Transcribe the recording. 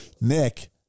Nick